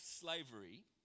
slavery